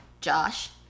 Josh